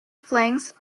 flanks